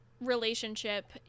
relationship